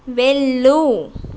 వెళ్ళు